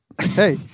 Hey